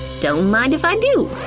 don't mind if i do!